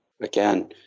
again